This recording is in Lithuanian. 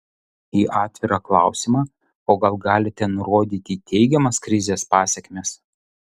į atvirą klausimą o gal galite nurodyti teigiamas krizės pasekmes